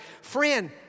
Friend